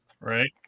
Right